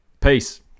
Peace